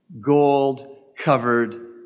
gold-covered